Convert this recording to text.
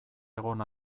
egon